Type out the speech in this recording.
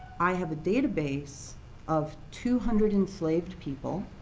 i have a database of two hundred enslaved people,